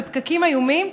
בפקקים איומים,